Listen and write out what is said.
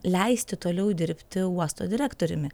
leisti toliau dirbti uosto direktoriumi